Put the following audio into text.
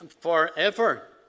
forever